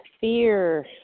fear